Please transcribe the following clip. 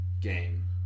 game